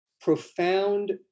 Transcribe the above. profound